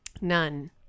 None